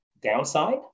downside